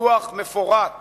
דוח מפורט